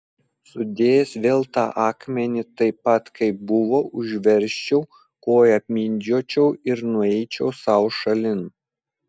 sudėjęs vėl tą akmenį taip pat kaip buvo užversčiau koja apmindžiočiau ir nueičiau sau šalin